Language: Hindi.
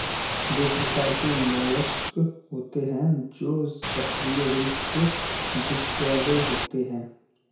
दो प्रकार के मोलस्क होते हैं जो सक्रिय रूप से विषैले होते हैं